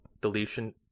Deletion